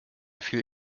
viel